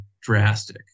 drastic